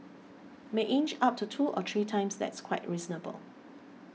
may inch up to two or three times that's quite reasonable